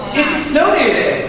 it's a snow day